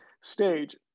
stage